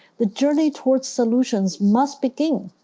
the journey towards solutions must begin.